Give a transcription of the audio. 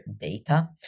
data